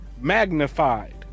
magnified